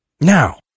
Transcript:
Now